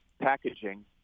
packaging